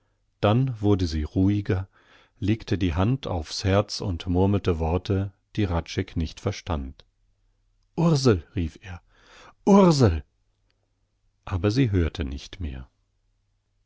dann wurde sie ruhiger legte die hand aufs herz und murmelte worte die hradscheck nicht verstand ursel rief er ursel aber sie hörte nicht mehr